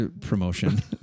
promotion